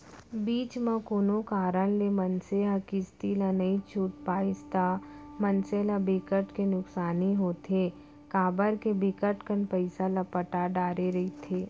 बीच म कोनो कारन ले मनसे ह किस्ती ला नइ छूट पाइस ता मनसे ल बिकट के नुकसानी होथे काबर के बिकट कन पइसा ल पटा डरे रहिथे